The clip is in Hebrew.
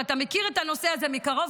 ואתה מכיר את הנושא הזה מקרוב,